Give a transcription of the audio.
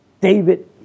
David